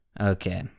Okay